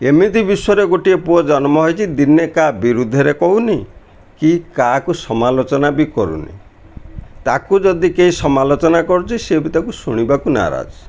ଏମିତି ବିଶ୍ୱରେ ଗୋଟିଏ ପୁଅ ଜନ୍ମ ହେଇଛି ଦିନେ କାହା ବିରୁଦ୍ଧରେ କହୁନି କି କାହାକୁ ସମାଲୋଚନା ବି କରୁନି ତାକୁ ଯଦି କେହି ସମାଲୋଚନା କରୁଛି ସିଏ ବି ତାକୁ ଶୁଣିବାକୁ ନାରାଜ୍